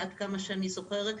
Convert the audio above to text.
עד כמה שאני זוכרת,